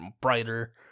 brighter